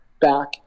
back